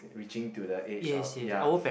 reaching to the age of ya